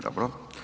Dobro.